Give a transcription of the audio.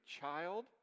child